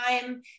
time